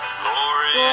Glory